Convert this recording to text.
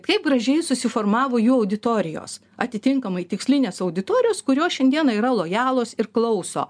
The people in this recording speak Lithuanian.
kaip gražiai susiformavo jų auditorijos atitinkamai tikslinės auditorijos kurios šiandieną yra lojalos ir klauso